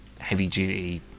heavy-duty